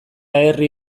herri